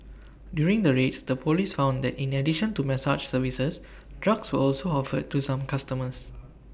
during the raids the Police found that in addition to massage services drugs were also offered to some customers